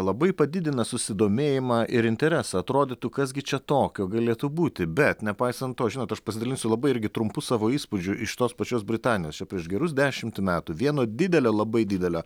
labai padidina susidomėjimą ir interesą atrodytų kas gi čia tokio galėtų būti bet nepaisant to žinot aš pasidalinsiu labai irgi trumpu savo įspūdžiu iš tos pačios britanijos čia prieš gerus dešimt metų vieno didelio labai didelio